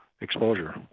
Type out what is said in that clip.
exposure